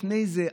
לפני זה,